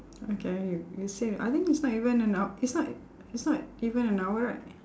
okay you you see I think it's not even an hou~ it's not it's not even an hour right